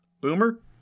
Boomer